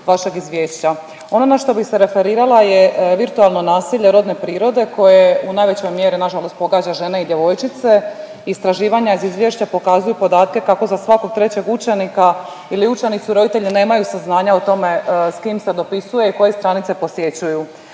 vašeg izvješća. Ono na što bi se referirala je virtualno nasilje rodne prirode koje u najvećoj mjeri nažalost pogađa žene i djevojčice, istraživanja iz izvješća pokazuju podatke kako za svakog trećeg učenika ili učenicu roditelji nemaju saznanja o tome s kim se dopisuje i koje stranice posjećuju.